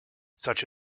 such